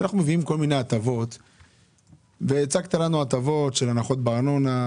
הצגת לנו הטבות בארנונה,